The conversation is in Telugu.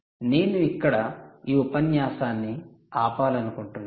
నేను ఇక్కడ ఈ ఉపన్యాసాన్ని ఆపాలనుకుంటున్నాను